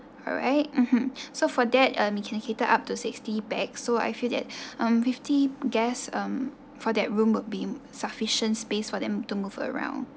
alright mmhmm so for that um you can cater up to sixty pax so I feel that um fifty guests um for that room would be sufficient space for them to move around